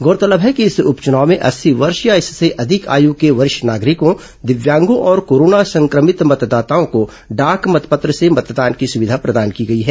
गौरतलब है कि इस उपचुनाव में अस्सी वर्ष या इससे अधिक आयु के वरिष्ठ नागरिकों दिव्यांगों और कोरोना संक्रमित मतदाताओं को डाक मतपत्र से मतदान की सुविधा दी गई है